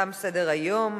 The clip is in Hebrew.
תם סדר-היום.